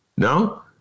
No